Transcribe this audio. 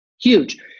Huge